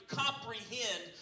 comprehend